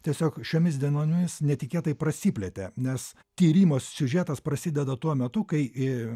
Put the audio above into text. tiesiog šiomis dienomis netikėtai prasiplėtė nes tyrimo siužetas prasideda tuo metu kai